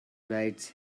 rides